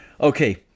Okay